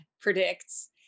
predicts